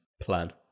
plan